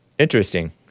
Interesting